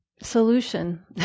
solution